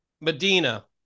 Medina